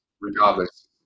regardless